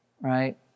right